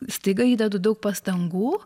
staiga įdedu daug pastangų